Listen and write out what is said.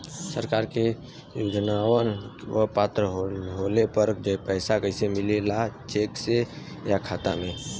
सरकार के योजनावन क पात्र होले पर पैसा कइसे मिले ला चेक से या खाता मे?